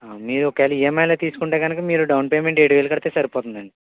మీరు ఒకవేళ ఇఎంఐలో తీసుకుంటే కనుక మీరు డౌన్ పేమెంటు ఏడు వేలు కడితే సరిపోతుంది